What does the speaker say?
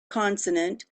consonant